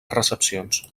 recepcions